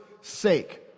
Sake